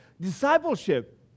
discipleship